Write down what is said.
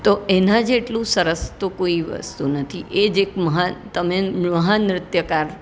તો એના જેટલું સરસ તો કોઈ વસ્તુ નથી એ જ એક મહાન તમે મહાન નૃત્યકાર